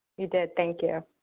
you did thank you.